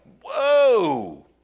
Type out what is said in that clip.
whoa